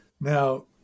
Now